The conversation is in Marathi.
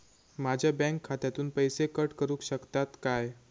माझ्या बँक खात्यासून पैसे कट करुक शकतात काय?